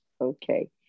Okay